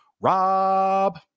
Rob